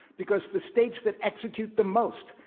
because the states that execute the most,